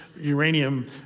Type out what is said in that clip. uranium